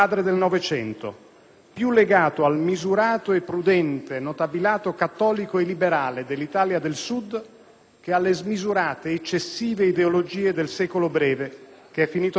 più legato al misurato e prudente notabilato cattolico e liberale dell'Italia del Sud, che alle smisurate, eccessive ideologie del secolo breve finito nel 1989.